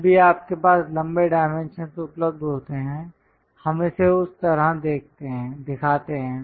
जब भी आपके पास लंबे डाइमेंशंस उपलब्ध होते हैं हम इसे उस तरह दिखाते हैं